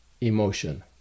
emotion